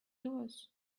doors